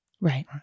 Right